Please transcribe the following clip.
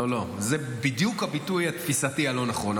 זה בדיוק הביטוי התפיסתי הלא-נכון.